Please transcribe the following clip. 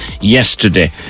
yesterday